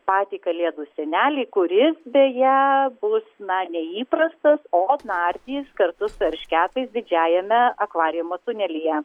patį kalėdų senelį kuris beje bus na neįprastas o nardys kartu su eršketais didžiajame akvariumo tunelyje